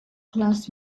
class